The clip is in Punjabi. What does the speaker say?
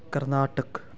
ਕਰਨਾਟਕ